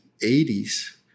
80s